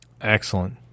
Excellent